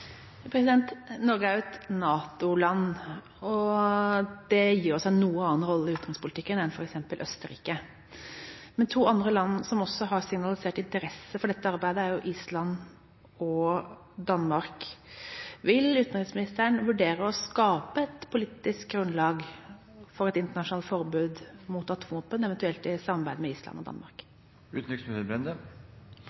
Norge er et NATO-land. Det gir oss en noe annen rolle i utenrikspolitikken enn f.eks. Østerrike. To andre land som også har signalisert interesse for dette arbeidet, er Island og Danmark. Vil utenriksministeren vurdere å skape et politisk grunnlag for et internasjonalt forbud mot atomvåpen, eventuelt i samarbeid med Island og